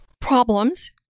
problems